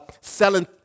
selling